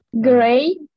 gray